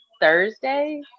Thursday